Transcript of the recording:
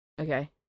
Okay